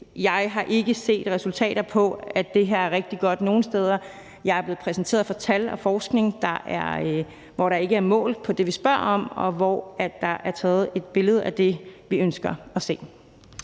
jeg ikke har set resultater af, at det her er rigtig godt nogen steder. Jeg er blevet præsenteret for tal og forskning, hvor der ikke er målt på det, vi spørger om, og hvor der er taget et billede af det, vi ønsker at se.